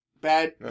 bad